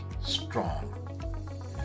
strong